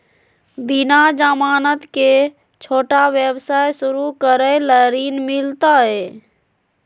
बिना जमानत के, छोटा व्यवसाय शुरू करे ला ऋण मिलतई?